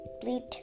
Blue